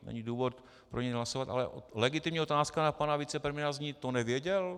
Není důvod pro něj nehlasovat, ale legitimní otázka na pana vicepremiéra zní: To nevěděl?